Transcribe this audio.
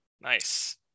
Nice